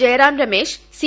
Jayaram Ramesh C